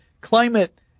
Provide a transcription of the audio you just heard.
Climate